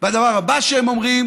והדבר הבא שהם אומרים,